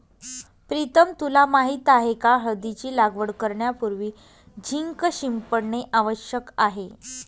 प्रीतम तुला माहित आहे का हळदीची लागवड करण्यापूर्वी झिंक शिंपडणे आवश्यक आहे